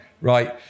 right